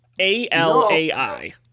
A-L-A-I